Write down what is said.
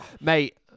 Mate